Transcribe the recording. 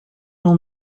will